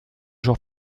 jours